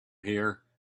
here